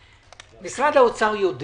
משרד האוצר יודע